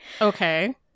Okay